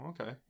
okay